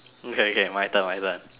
okay okay my turn my turn